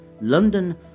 London